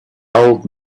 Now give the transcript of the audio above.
old